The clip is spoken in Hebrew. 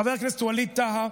חבר הכנסת ווליד טאהא,